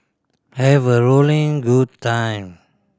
have a rolling good time